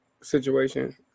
situation